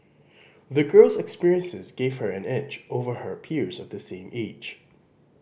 the girl's experiences gave her an edge over her peers of the same age